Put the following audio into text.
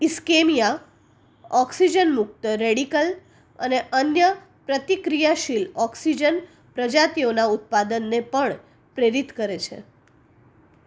ischaemia oxygen મુક્ત radical અને અન્ય પ્રતિક્રિયાશીલ ઓક્સિજન પ્રજાતિઓના ઉત્પાદનને પણ પ્રેરિત કરે છે